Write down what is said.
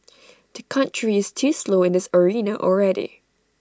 the country is too slow in this arena already